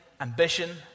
ambition